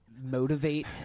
motivate